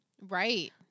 Right